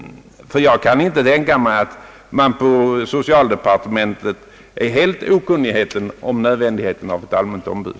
Jag kan nämligen inte tänka mig, att man i socialdepartementet är helt okunnig om nödvändigheten av ett allmänt ombud.